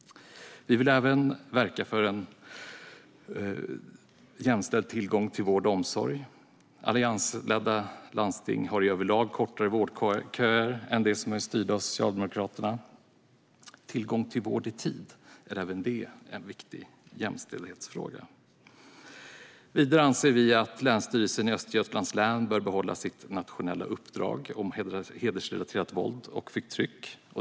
Vi vill även verka för en jämställd tillgång till vård och omsorg. Alliansledda landsting har överlag kortare vårdköer än de som är styrda av Socialdemokraterna. Tillgång till vård i tid är även det en viktig jämställdhetsfråga. Vidare anser vi att Länsstyrelsen i Östergötlands län bör behålla sitt nationella uppdrag om hedersrelaterat våld och förtryck.